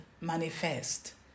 manifest